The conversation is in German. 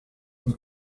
dem